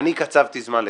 אני קצבתי זמן לכבל,